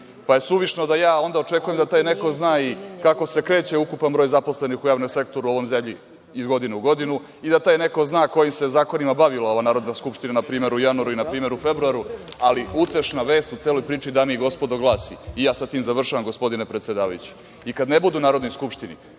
je onda da ja očekujem da taj neko zna i kako se kreće ukupan broj zaposlenih u javnom sektoru u ovoj zemlji iz godine u godinu i da taj neko zna kojim se zakonima bavila ova Narodna skupština, na primer, u januaru ili februaru, ali, utešna vest u celoj priči, dame i gospodo, glasi, i ja sa tim završavam, gospodine predsedavajući – i kad ne budu u Narodnoj skupštini,